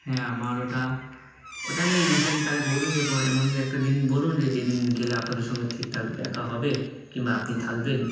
হ্যাঁ আমার ওটা ওটা আমি দছেন তাহলে বলুন যে এমন একটা দিন বলুন যে যেদিন গেলে আপনাদের সঙ্গে ঠিক ঠাক দেখা হবে কিংবা আপনি থাকবেন